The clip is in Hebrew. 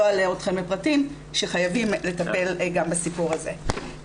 לא אלאה אתכם בפרטים שחייבים לטפל גם בסיפור הזה.